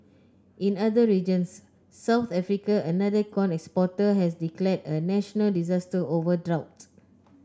in other regions South Africa another corn exporter has declare a national disaster over drought